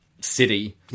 city